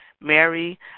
Mary